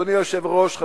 אדוני היושב-ראש,